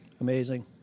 Amazing